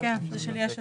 זה של יש עתיד.